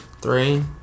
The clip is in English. three